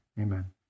Amen